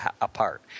apart